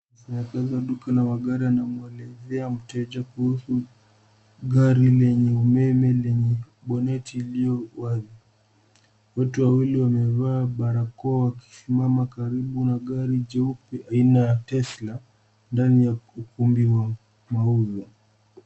...Saa ya kuuza duka la magari anamwelezea mteja kuhusu gari lenye umeme, lenye boneti iliyowazi. Watu wawili wamevaa barakoa wakisimama karibu na gari jeupe aina ya Tesla, ndani ya ukumbi wa mauzo.